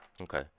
Okay